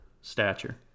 stature